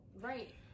Right